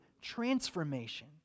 transformation